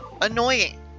annoying